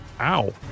Ow